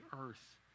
earth